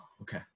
Okay